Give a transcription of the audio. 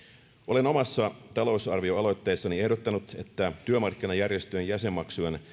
olen omassa talousarvioaloitteessani ehdottanut että työmarkkinajärjestöjen jäsenmaksujen